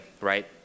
right